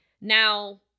Now